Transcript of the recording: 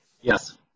Yes